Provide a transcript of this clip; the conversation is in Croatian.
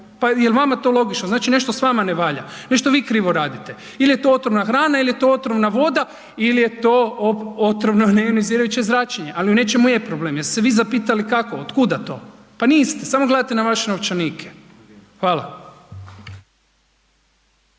pa jel vama to logično, znači nešto s vama ne valja, nešto vi krivo radite ili je to otrovna hrana ili je to otrovna voda ili je to otrovno neionizirajuće zračenje, ali u nečemu je problem. Jeste se vi zapitali kako, od kuda to? Pa niste, samo gledate na vaše novčanike. Hvala.